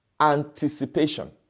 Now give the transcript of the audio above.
anticipation